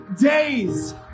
days